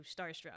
starstruck